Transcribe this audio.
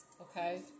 okay